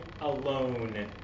alone